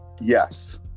Yes